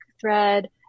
thread